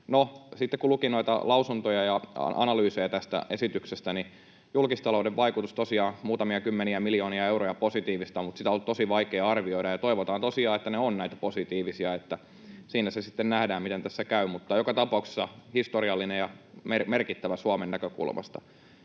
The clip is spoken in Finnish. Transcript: kun luki noita lausuntoja ja analyysejä tästä esityksestä, niin julkistalouden vaikutus on tosiaan muutamia kymmeniä miljoonia euroja positiivista, mutta sitä on ollut tosi vaikea arvioida. Toivotaan tosiaan, että ne ovat näitä positiivisia. Siinä se sitten nähdään, miten tässä käy. Mutta joka tapauksessa tämä on historiallinen ja merkittävä Suomen näkökulmasta.